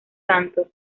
santos